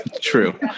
true